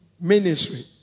ministry